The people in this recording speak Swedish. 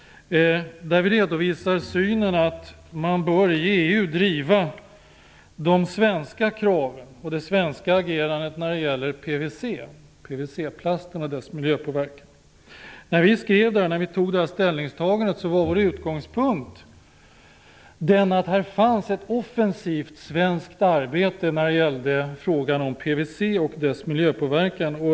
Vi redovisar där synen att man i EU bör driva de svenska kraven och det svenska agerandet när det gäller PVC-plasten och dess miljöpåverkan. När vi skrev reservationen och gjorde detta ställningstagande var vår utgångspunkt att det fanns ett offensivt svenskt arbete med frågan om PVC och dess miljöpåverkan.